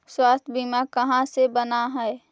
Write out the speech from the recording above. स्वास्थ्य बीमा कहा से बना है?